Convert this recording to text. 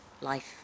life